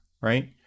Right